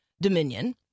dominion